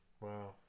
Wow